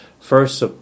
first